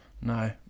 no